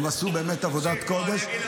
הם עשו באמת עבודת קודש,